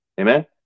Amen